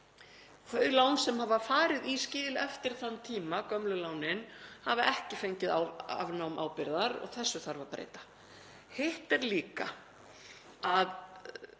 Þau lán sem hafa farið í skil eftir þann tíma, gömlu lánin, hafa ekki fengið afnám ábyrgðar og þessu þarf að breyta. Hitt er líka að